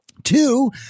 two